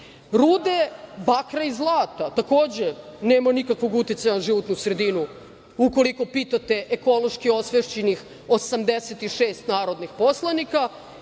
bakra i zlata, takođe nema nikakvo uticaja na životnu sredinu, ukoliko pitate ekološki osvešćenih 86 narodnih poslanika.